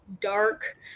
dark